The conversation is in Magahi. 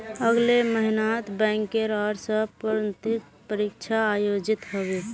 अगले महिनात बैंकेर ओर स प्रोन्नति परीक्षा आयोजित ह बे